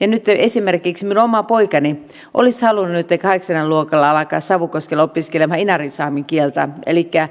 ja nyt esimerkiksi minun oma poikani olisi halunnut että kahdeksannella luokalla alkaisi savukoskella opiskelemaan inarinsaamen kieltä elikkä